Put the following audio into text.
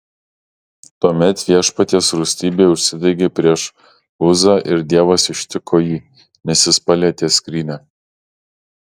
tuomet viešpaties rūstybė užsidegė prieš uzą ir dievas ištiko jį nes jis palietė skrynią